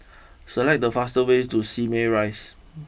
select the fastest way to Simei Rise